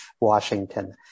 Washington